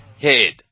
head